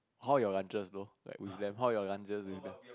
how your lunches though like with them how your lunches with them